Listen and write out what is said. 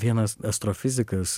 vienas astrofizikas